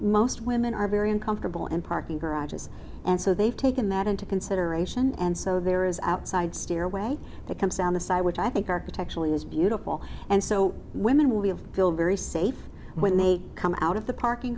most women are very uncomfortable and parking garages and so they've taken that into consideration and so there is outside stairway that comes down the side which i think architecturally is beautiful and so women will be of feel very safe when they come out of the parking